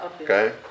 Okay